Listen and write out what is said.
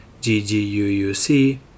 GGUUC